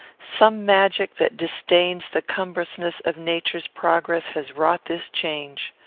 some magic that disdains the cumbrousness of nature's progress has wrought this change.